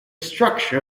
structure